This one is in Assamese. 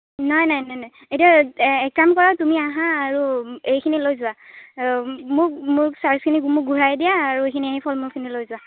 নাই নাই নাই নাই এতিয়া কাম কৰা তুমি আহা আৰু এইখিনি লৈ যোৱা মোক মোক চাৰ্জখিনি মোক ঘুৰাই দিয়া আৰু এইখিনি আহি ফলমূলখিনি লৈ যোৱা